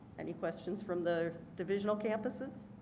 any questions from the divisional campuses?